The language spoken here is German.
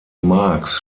marx